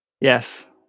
Yes